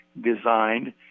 designed